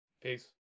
Peace